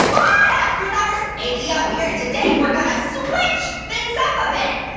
whaddup fruit lovers? a to the o here and today we're gonna switch things up a bit.